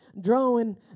drawing